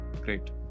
great